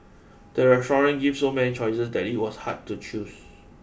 the restaurant gave so many choices that it was hard to choose